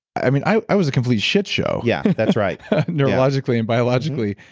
i mean i i was a complete shit show yeah, that's right neurologically and biologically.